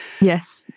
Yes